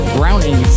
Browning